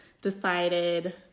decided